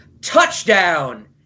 touchdown